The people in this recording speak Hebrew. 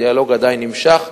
הדיאלוג עדיין נמשך.